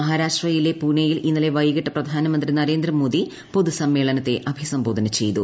മഹാരാഷ്ട്രയിലെ പൂനെയിൽ ഇന്നലെ വൈകിട്ട് പ്രധാനമന്ത്രി നരേന്ദ്രമോദി പൊതുസമ്മേളനത്തെ അഭിസംബോധന ചെയ്തു